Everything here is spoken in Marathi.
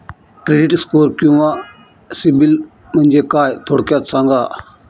क्रेडिट स्कोअर किंवा सिबिल म्हणजे काय? थोडक्यात सांगा